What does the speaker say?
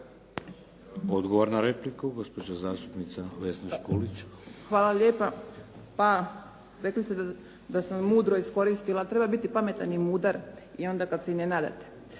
Odgovor na repliku, gospođa zastupnica Vesna Škulić. **Škulić, Vesna (SDP)** Hvala lijepa. Pa rekli ste da sam mudro iskoristila. Treba biti pametan i mudar i onda kad se i ne nadate.